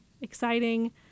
exciting